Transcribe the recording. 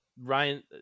ryan